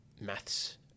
maths